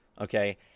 Okay